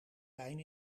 pijn